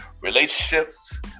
relationships